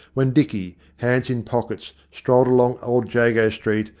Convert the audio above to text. when dicky, hands in pockets, strolled along old jago street,